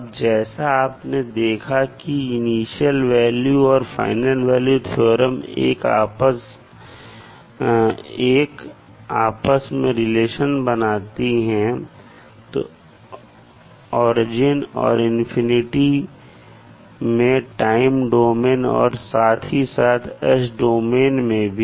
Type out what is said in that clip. अब जैसा आपने देखा कि इनिशियल वैल्यू और फाइनल वैल्यू थ्योरम एक आपस में रिलेशन बनाती हैं ओरिजिन और इंफिनिटी में टाइम डोमेन और साथ ही साथ s डोमिन में भी